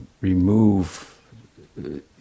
remove